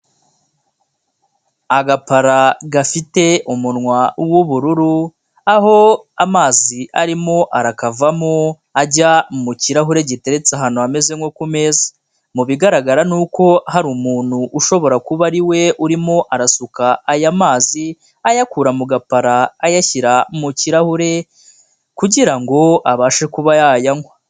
Agapara gafite umunwa w'ubururu, aho amazi arimo arakavamo ajya mu kirahure giteretse ahantu hameze nko ku meza. Mu bigaragara ni uko hari umuntu ushobora kuba ari we urimo arasuka aya mazi, ayakura mu gapara ayashyira mu kirahure kugira ngo abashe kuba yanywa.